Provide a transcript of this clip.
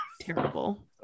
terrible